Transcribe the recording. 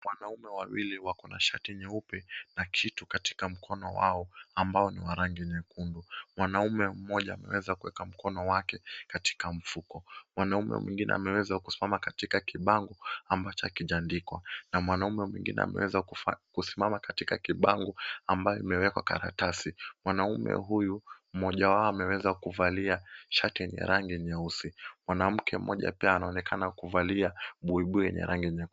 Wanaume wawili wako na shati nyeupe na kitu katika mkono wao ambao ni wa rangi nyekundu. Mwanamume mmoja ameweza kuweka mkono wake katika mfuko. Mwanamume mwingine ameweza kusimama katika kibango ambacho hakijaandikwa na mwanamume mwingine ameweza kusimama katika kibango ambayo imewekwa karatasi. Mwanamume huyu, mmoja wao ameweza kuvalia shati ya rangi nyeusi. Mwanamke mmoja pia anaonekana kuvalia buibui yenye rangi nyekundu.